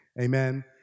Amen